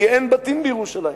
כי אין בתים בירושלים.